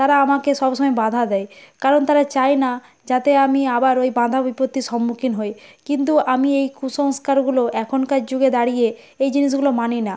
তারা আমাকে সবসময় বাধা দেয় কারণ তারা চায় না যাতে আমি আবার ওই বাধা বিপত্তির সম্মুখীন হই কিন্তু আমি এই কুসংস্কারগুলো এখনকার যুগে দাঁড়িয়ে এই জিনিসগুলো মানি না